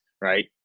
right